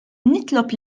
nitlob